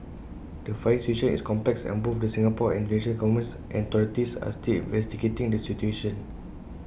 the fire situation is complex and both the Singapore and Indonesia governments and authorities are still investigating the situation